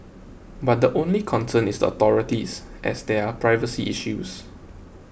but the only concern is the authorities as there are privacy issues